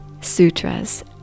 sutras